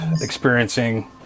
experiencing